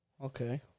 Okay